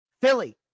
Philly